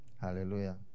Hallelujah